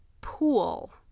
pool